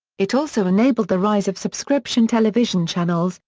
it also enabled the rise of subscription television channels,